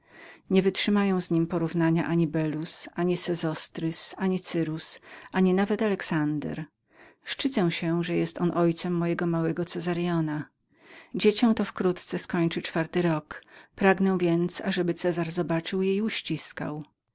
nie wytrzymają z nim porównania ani belus ani sezotrys ani cyrus ani nawet alexander szczycę się że on jest ojcem mojego małego cezariona dziecię to wkrótce skończy czwarty rok pragnę więc ażeby cezar widział je i uściskał